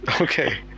Okay